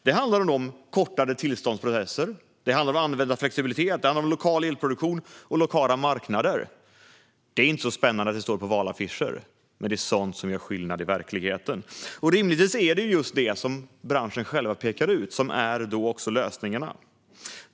Det handlar om kortare tillståndsprocesser, om användarflexibilitet, om lokal elproduktion och om lokala marknader. Det är inte så spännande att det står på valaffischer, men det är sådant som gör skillnad i verkligheten. Rimligtvis är det just det som branschen själv pekar ut som också är lösningarna.